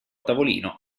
tavolino